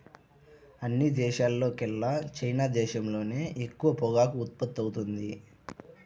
అన్ని దేశాల్లోకెల్లా చైనా దేశంలోనే ఎక్కువ పొగాకు ఉత్పత్తవుతుంది